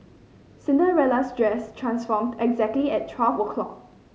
Cinderella's dress transformed exactly at twelve o' clock